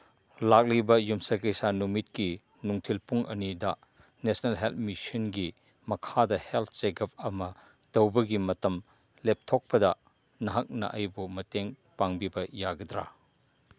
ꯂꯥꯛꯂꯤꯕ ꯌꯨꯝꯁꯀꯩꯁ ꯅꯨꯃꯤꯠꯀꯤ ꯅꯨꯡꯊꯤꯜ ꯄꯨꯡ ꯑꯅꯤꯗ ꯅꯦꯁꯅꯦꯜ ꯍꯦꯜꯠ ꯃꯤꯁꯟꯒꯤ ꯃꯈꯥꯗ ꯍꯦꯜꯠ ꯆꯦꯀꯞ ꯑꯃ ꯇꯧꯕꯒꯤ ꯃꯇꯝ ꯂꯦꯞꯊꯣꯛꯄꯗ ꯅꯍꯥꯛꯅ ꯑꯩꯕꯨ ꯃꯇꯦꯡ ꯄꯥꯡꯕꯤꯕ ꯌꯥꯒꯗ꯭ꯔꯥ